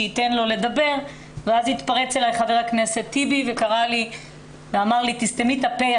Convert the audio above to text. שייתן לו לדבר ואז התפרץ עלי חבר הכנסת טיבי ואמר לי: תסתמי את הפה,